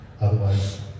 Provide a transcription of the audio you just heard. Otherwise